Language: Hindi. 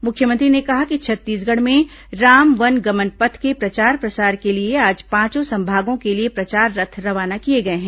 मुख्यमंत्री ने कहा कि छत्तीसगढ़ में राम वन गमन पथ के प्रचार प्रसार के लिए आज पांचों संभागों के लिए प्रचार रथ रवाना किए गए हैं